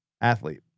athlete